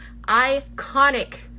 iconic